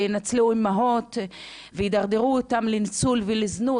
ינצלו אימהות וידרדרו אותן לניצול ולזנות.